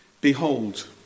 Behold